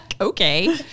Okay